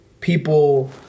people –